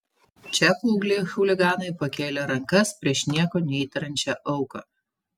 čia paaugliai chuliganai pakėlė rankas prieš nieko neįtariančią auką